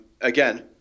again